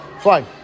Fine